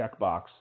checkbox